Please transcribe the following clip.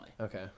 Okay